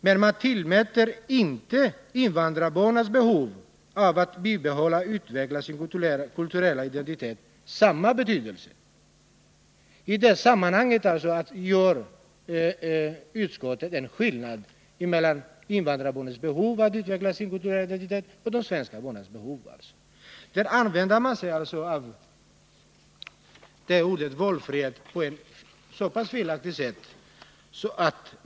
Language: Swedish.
Däremot tillmäter man inte invandrarbarnens behov av att bibehålla och utveckla sin kulturella identitet samma betydelse. Här gör alltså utskottet en skillnad mellan invandrarbarnens och de svenska barnens behov i detta hänseende. Man använder sig av ordet valfrihet på ett felaktigt sätt.